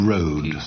Road